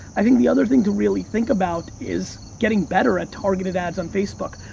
i think the other thing to really think about is getting better at targeted ads on facebook.